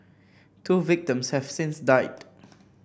two victims have since died